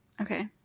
Okay